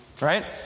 Right